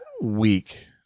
week